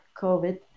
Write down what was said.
COVID